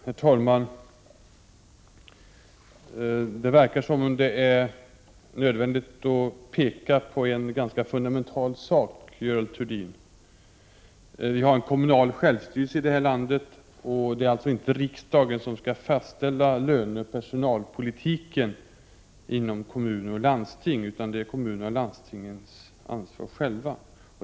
Herr talman! Det verkar som om det är nödvändigt att peka på en ganska fundamental sak, Görel Thurdin. Vi har kommunal självstyrelse i det här landet, och därmed är det inte riksdagen som skall fastställa löneoch personalpolitiken inom kommuner och landsting, utan det är ett ansvar för kommunerna och landstingen själva.